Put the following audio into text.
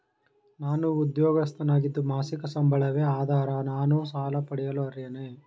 ನಾನು ಉದ್ಯೋಗಸ್ಥನಾಗಿದ್ದು ಮಾಸಿಕ ಸಂಬಳವೇ ಆಧಾರ ನಾನು ಸಾಲ ಪಡೆಯಲು ಅರ್ಹನೇ?